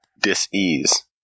dis-ease